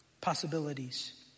possibilities